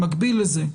במקביל לזה,